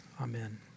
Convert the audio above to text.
Amen